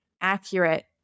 accurate